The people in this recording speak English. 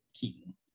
Keaton